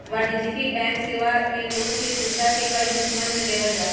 वाणिज्यिक बैंक सेवा मे लोन के सुविधा के कई हिस्सवन में देवल जाहई